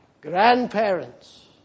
grandparents